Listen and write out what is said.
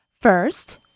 First